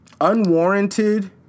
unwarranted